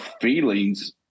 feelings